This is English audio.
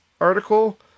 article